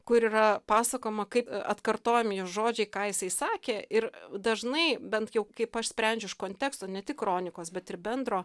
kur yra pasakojama kaip atkartojami jo žodžiai ką jisai sakė ir dažnai bent jau kaip aš sprendžiu iš konteksto ne tik kronikos bet ir bendro